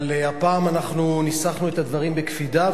אבל הפעם אנחנו ניסחנו את הדברים בקפידה,